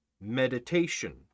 meditation